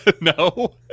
No